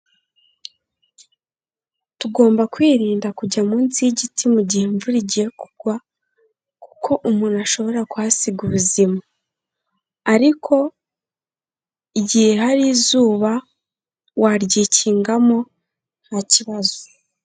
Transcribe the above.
Tugomba kwirinda kujya munsi y'igiti mu gihe imvura igiye kugwa, kuko umuntu ashobora kuhasiga ubuzima, ariko igihe hari izuba waryikingamo nta kibazo.